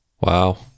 wow